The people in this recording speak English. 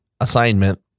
assignment